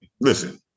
listen